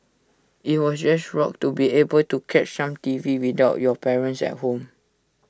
IT was just rocked to be able to catch some T V without your parents at home